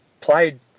played